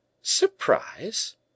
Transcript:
Surprise